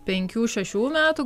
penkių šešių metų